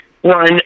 One